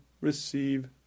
receive